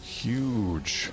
huge